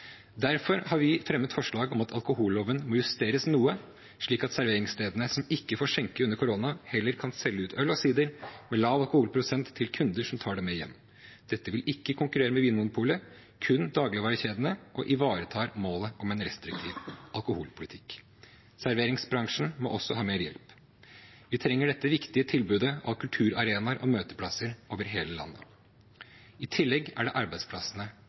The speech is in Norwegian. Derfor har vi fremmet forslag om at alkoholloven må justeres noe, slik at serveringsstedene som ikke får skjenke under koronaen, heller kan selge ut øl og cider med lav alkoholprosent til kunder som tar det med hjem. Dette vil ikke konkurrere med Vinmonopolet, kun med dagligvarekjedene, og ivaretar målet om en restriktiv alkoholpolitikk. Serveringsbransjen må også ha mer hjelp. Vi trenger dette viktige tilbudet av kulturarenaer og møteplasser over hele landet. I tillegg er det arbeidsplassene